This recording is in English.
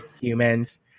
humans